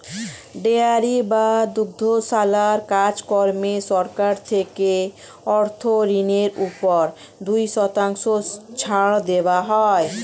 dairy বা দুগ্ধশালার কাজ কর্মে সরকার থেকে অর্থ ঋণের উপর দুই শতাংশ ছাড় দেওয়া হয়